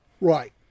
Right